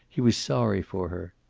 he was sorry for her.